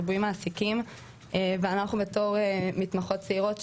הנושא של ריבוי מעסיקים ואנחנו בתור מתמחות צעירות,